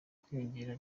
kwiyongera